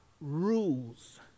rules